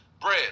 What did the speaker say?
Bread